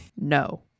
No